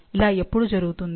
ఇలా ఎపుడు జరుగుతుంది